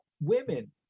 women